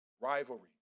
rivalry